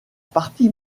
partie